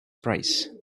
price